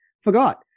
Forgot